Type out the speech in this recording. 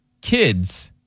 kids